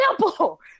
Simple